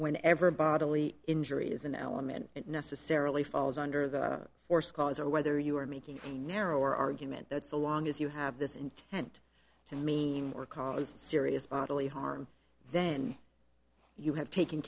when ever bodily injury is an element it necessarily falls under the force cause or whether you are making a narrower argument that's a long as you have this intent to me or cause serious bodily harm then you have taken